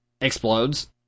explodes